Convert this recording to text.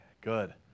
Good